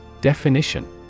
Definition